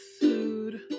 food